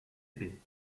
épais